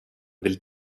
vill